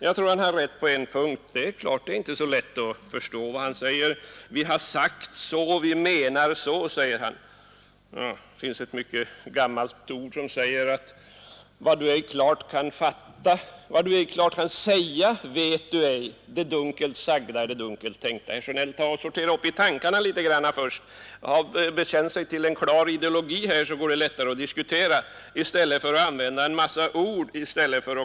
Jag tror emellertid att herr Sjönell har rätt på en punkt — det är inte så lätt att förstå vad han säger. Vi har sagt så, och vi menar så, säger han. Det finns ett gammalt uttryck som säger: ”Vad du ej klart kan säga, vet du ej; ——— Det dunkelt sagda är det dunkelt tänkta.” Herr Sjönell! Ta och sortera upp i tankarna litet grand först och bekänn Er till en klar ideologi, så går det lättare att diskutera, i stället för att använda en massa ord!